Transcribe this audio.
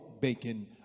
bacon